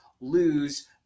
lose